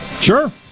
Sure